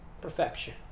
perfection